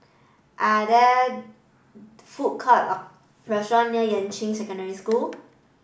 are there food court or restaurant near Yuan Ching Secondary School